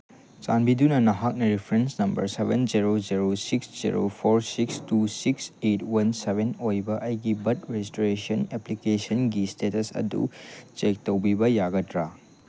ꯆꯥꯟꯕꯤꯗꯨꯅ ꯅꯍꯥꯛꯅ reference number seven zero zero six zero four six two six eight one seven ꯑꯣꯏꯕ ꯑꯩꯒꯤ birth registration ꯑꯦꯄ꯭ꯂꯤꯀꯦꯁꯟꯒꯤ status ꯑꯗꯨ ꯆꯦꯛ ꯇꯧꯕꯤꯕ ꯌꯥꯒꯗ꯭ꯔꯥ